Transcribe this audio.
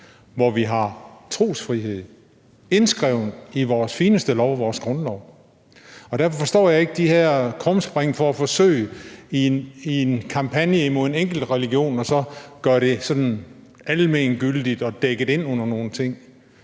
hvor vi har trosfrihed indskrevet i vores fineste lov, vores grundlov. Derfor forstår jeg ikke de her krumspring for at forsøge i en kampagne imod en enkelt religion så at gøre det sådan almen gyldigt og dækket ind under nogle ting.